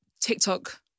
TikTok